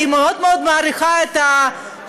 אני מאוד מאוד מעריכה את הרופאים,